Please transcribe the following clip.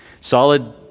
solid